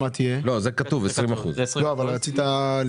מיגיעה אישית,